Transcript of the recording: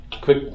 Quick